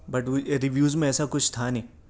but reviews میں ایسا کچھ تھا نہیں